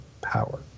power